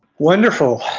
wonderful,